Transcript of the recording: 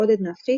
עודד נפחי,